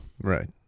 Right